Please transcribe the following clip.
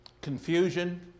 confusion